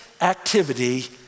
activity